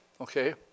okay